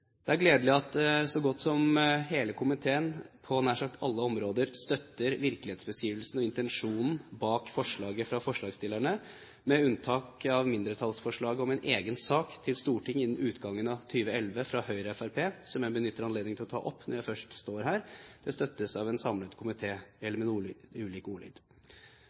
Det er gledelig at så godt som hele komiteen – på nær sagt alle områder – støtter virkelighetsbeskrivelsen og intensjonen bak forslaget fra forslagsstillerne, med unntak av mindretallsforslaget, fra Høyre og Fremskrittspartiet, om en egen sak til Stortinget innen utgangen av 2011, som jeg benytter anledningen til å ta opp når jeg først står her. Det støttes av en samlet komité, med noe ulik